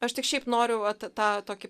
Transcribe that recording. aš tik šiaip noriu va tą tokį